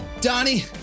Donnie